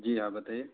जी हाँ बताइए